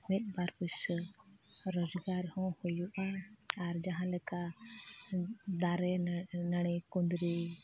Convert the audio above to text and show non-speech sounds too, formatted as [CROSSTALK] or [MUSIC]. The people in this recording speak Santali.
ᱢᱤᱫ ᱵᱟᱨ ᱯᱚᱭᱥᱟᱹ ᱨᱚᱡᱽᱜᱟᱨ ᱦᱚᱸ ᱦᱩᱭᱩᱜᱼᱟ ᱟᱨ ᱡᱟᱦᱟᱸ ᱞᱮᱠᱟ ᱫᱟᱨᱮ [UNINTELLIGIBLE] ᱱᱟᱹᱲᱤ ᱠᱩᱸᱫᱨᱤ